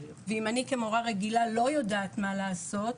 ואם אני כמורה רגילה לא יודעת מה לעשות,